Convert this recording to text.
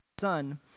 son